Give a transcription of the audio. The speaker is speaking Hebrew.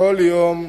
כל יום,